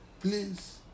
please